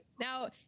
Now